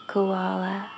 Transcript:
Koala